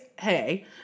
hey